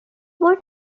মোৰ